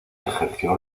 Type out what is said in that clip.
ejerció